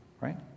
right